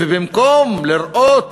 ובמקום לראות